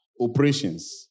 operations